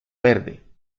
verde